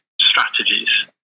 strategies